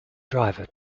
driver